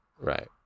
right